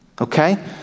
Okay